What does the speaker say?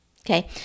okay